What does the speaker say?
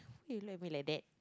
why you look at me like that